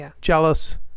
jealous